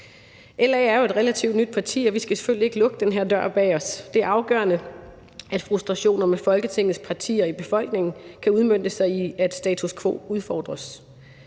LA er jo et relativt nyt parti, og vi skal selvfølgelig ikke lukke den her dør bag os. Det er afgørende, at frustrationer med Folketingets partier i befolkningen kan udmønte sig i, at status quo udfordres.